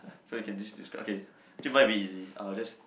so you can just des~ describe okay mine a bit easy I will just